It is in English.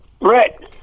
Brett